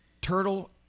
Turtle